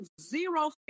zero